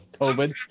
COVID